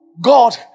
God